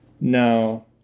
No